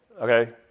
Okay